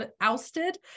ousted